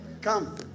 Come